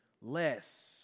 less